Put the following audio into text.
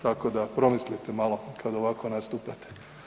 Tako da promislite malo kad ovako nastupate.